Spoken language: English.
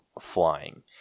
flying